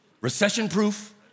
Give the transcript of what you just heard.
recession-proof